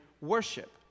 worship